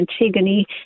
Antigone